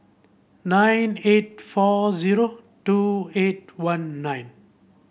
nine eight four zero two eight one nine